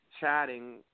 chatting